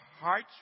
hearts